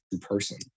person